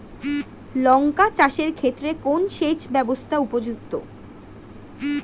লঙ্কা চাষের ক্ষেত্রে কোন সেচব্যবস্থা উপযুক্ত?